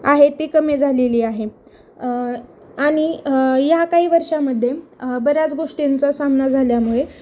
आहे ती कमी झालेली आहे आणि या काही वर्षामध्ये बऱ्याच गोष्टींचा सामना झाल्यामुळे